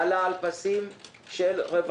ועלה על פסים של רווחים.